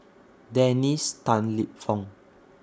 Dennis Tan Lip Fong